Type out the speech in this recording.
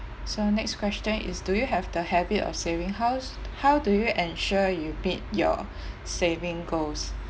so next question is do you have the habit of saving how's how do you ensure you beat your saving goals